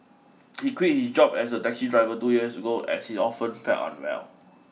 he quit his job as a taxi driver two years ago as he often felt unwell